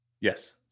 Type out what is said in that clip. Yes